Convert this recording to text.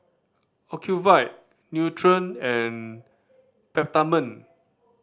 Ocuvite Nutren and Peptamen